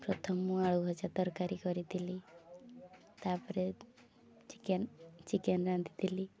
ପ୍ରଥମ ମୁଁ ଆଳୁ ଭଜା ତରକାରୀ କରିଥିଲି ତା'ପରେ ଚିକେନ୍ ଚିକେନ୍ ରାନ୍ଧିଥିଲି